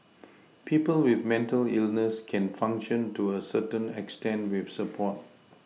people with mental illness can function to a certain extent with support